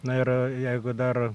na ir jeigu dar